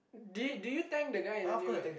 did did you thank the guy in any way